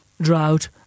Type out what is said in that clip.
Drought